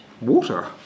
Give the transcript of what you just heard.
Water